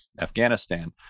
Afghanistan